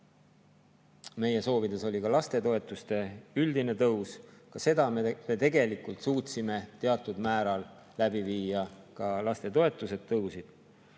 Meie soovides oli ka lastetoetuste üldine tõus. Ka seda me tegelikult suutsime teatud määral läbi viia – ka lastetoetused tõusid.